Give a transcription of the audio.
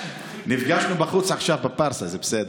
נפגשנו בחוץ עכשיו, בפרסה, זה בסדר.